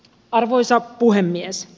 arvoisa puhemies